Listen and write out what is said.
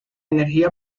energía